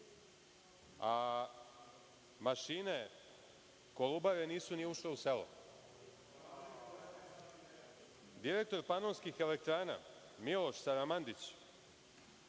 a mašine „Kolubare“ nisu ni ušle u selo. Direktor „Panonskih elektrana“ Miloš Saramandić,